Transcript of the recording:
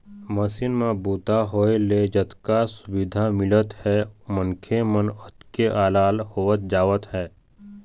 machine म बूता होए ले जतका सुबिधा मिलत हे मनखे मन ओतके अलाल होवत जावत हे